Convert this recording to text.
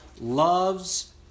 loves